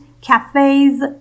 cafes